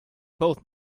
both